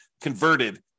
converted